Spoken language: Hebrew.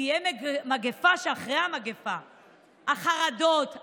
תהיה מגפה שאחרי המגפה החרדות,